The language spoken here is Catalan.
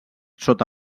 sota